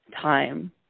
time